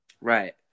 right